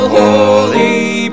holy